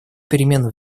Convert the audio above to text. перемен